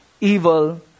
evil